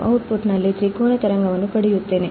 output ಅಲ್ಲಿ ತ್ರಿಕೋನ ತರಂಗವನ್ನು ಪಡೆಯುತ್ತೇನೆ